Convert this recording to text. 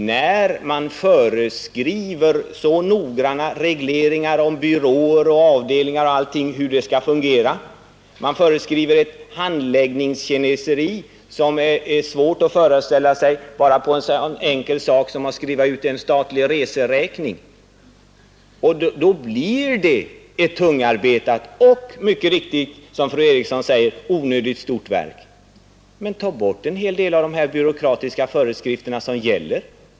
När man föreskriver så nogranna regleringar om hur byråer och avdelningar och allting skall fungera — man föreskriver t.ex. ett handläggningskineseri som är svårt att föreställa sig bara för en så enkel sak som att skriva ut en statlig reseräkning — blir det ett tungarbetat och mycket riktigt, som fru Eriksson i Stockholm säger, onödigt stort verk. Men ta bort en hel del av de här byråkratiska föreskrifterna som gäller!